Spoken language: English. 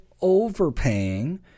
overpaying